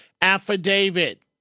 affidavit